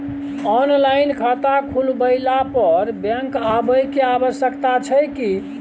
Online खाता खुलवैला पर बैंक आबै के आवश्यकता छै की?